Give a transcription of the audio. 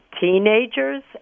teenagers